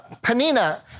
Panina